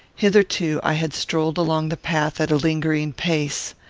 hitherto i had strolled along the path at a lingering pace.